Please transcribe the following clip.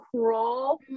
crawl